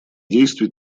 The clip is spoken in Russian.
действий